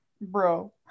Bro